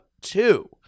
two